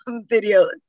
video